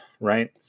right